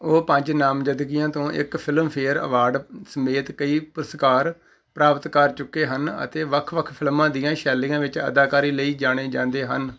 ਉਹ ਪੰਜ ਨਾਮਜ਼ਦਗੀਆਂ ਤੋਂ ਇੱਕ ਫ਼ਿਲਮਫੇਅਰ ਅਵਾਰਡ ਸਮੇਤ ਕਈ ਪੁਰਸਕਾਰ ਪ੍ਰਾਪਤ ਕਰ ਚੁੱਕੇ ਹਨ ਅਤੇ ਵੱਖ ਵੱਖ ਫ਼ਿਲਮਾਂ ਦੀਆਂ ਸ਼ੈਲੀਆਂ ਵਿੱਚ ਅਦਾਕਾਰੀ ਲਈ ਜਾਣੇ ਜਾਂਦੇ ਹਨ